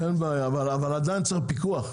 אין בעיה, אבל עדיין צריך פיקוח.